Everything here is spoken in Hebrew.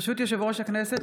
ברשות יושב-ראש הכנסת,